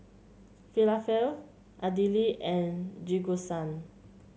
Falafel Idili and Jingisukan